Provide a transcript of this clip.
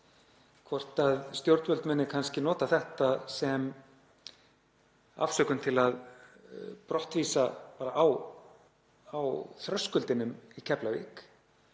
hvort stjórnvöld muni kannski nota þetta sem afsökun til að brottvísa, á þröskuldinum í Keflavík,